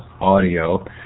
Audio